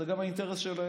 זה גם האינטרס שלהם.